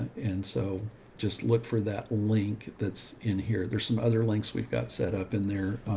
and so just look for that link that's in here. there's some other links we've got set up in there, ah,